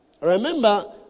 Remember